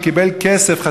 שקיבל כסף,